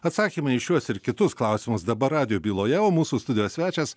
atsakymai į šiuos ir kitus klausimus dabar radijo byloje o mūsų studijos svečias